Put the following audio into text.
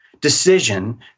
decision